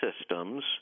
systems